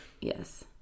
yes